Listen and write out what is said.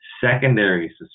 Secondary